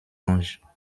anges